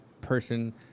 person